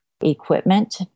equipment